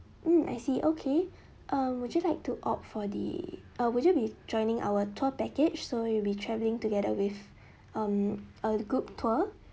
mm I see okay um would you like to opt for the uh would you be joining our tour package so you'll be travelling together with um a group tour